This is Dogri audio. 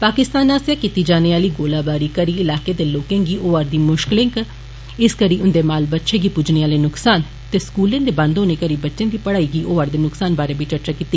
पाकिस्तान आस्सेआ कीती जाने आली गोलीबारी करी इलाके दे लोकें गी होआ रदी मुष्कलें इस करी उन्दे माल बच्छें गी पुज्जे आले नुक्सान बारे ते स्कूलें दे बंद होने करी बच्चें दी पढ़ाई गी होआ'रदे नुक्सान बारे बी चर्चा कीती